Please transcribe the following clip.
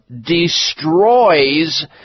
destroys